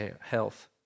health